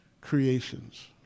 creations